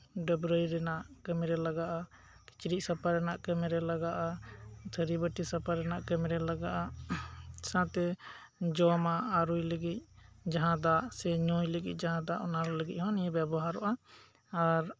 ᱰᱟᱹᱵᱽᱨᱟᱹᱭ ᱨᱮᱭᱟᱜ ᱠᱟᱹᱢᱤᱨᱮ ᱞᱟᱜᱟᱜᱼᱟ ᱠᱤᱪᱨᱤᱡ ᱥᱟᱯᱷᱟ ᱨᱮᱭᱟᱜ ᱠᱟᱹᱢᱤᱨᱮ ᱞᱟᱜᱟᱜᱼᱟ ᱛᱷᱟᱹᱨᱤ ᱵᱟᱹᱴᱤ ᱥᱟᱯᱷᱟ ᱨᱮᱭᱟᱜ ᱠᱟᱹᱢᱤᱨᱮ ᱞᱟᱜᱟᱜᱼᱟ ᱥᱟᱶᱛᱮ ᱡᱚᱢᱟᱜ ᱟᱨᱩᱭ ᱞᱟᱹᱜᱤᱫ ᱡᱟᱦᱟᱸ ᱫᱟᱜ ᱥᱮ ᱧᱩᱧᱩᱭ ᱞᱟᱹᱜᱤᱫ ᱡᱟᱦᱟᱸ ᱫᱟᱜ ᱚᱱᱟ ᱞᱟᱹᱜᱤᱫ ᱦᱚᱸ ᱵᱮᱵᱚᱦᱟᱨᱚᱜᱼᱟ ᱟᱨ